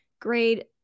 grade